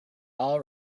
all